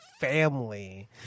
family